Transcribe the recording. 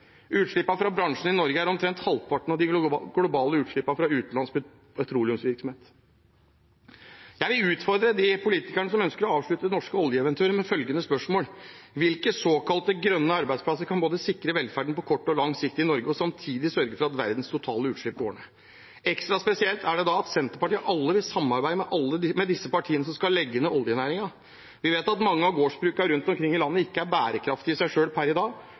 Utslippene fra bransjen i Norge er omtrent halvparten av de globale utslippene fra utenlandsk petroleumsvirksomhet. Jeg vil utfordre de politikerne som ønsker å avslutte det norske oljeeventyret, med følgende spørsmål: Hvilke såkalte grønne arbeidsplasser kan både sikre velferden på kort og lang sikt i Norge og samtidig sørge for at verdens totale utslipp går ned? Ekstra spesielt er det da at Senterpartiet av alle vil samarbeide med de partiene som skal legge ned oljenæringen. Vi vet at mange av gårdsbrukene rundt omkring i landet ikke er bærekraftige i seg selv per i dag,